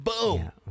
boom